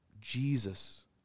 Jesus